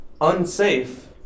unsafe